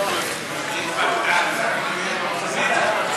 39 נגד,